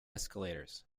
escalators